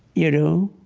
you know?